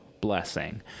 blessing